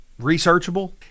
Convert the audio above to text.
researchable